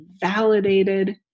validated